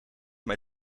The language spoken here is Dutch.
mij